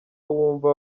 wumva